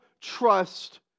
trust